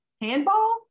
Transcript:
Handball